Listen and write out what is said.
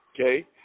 okay